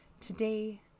today